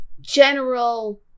general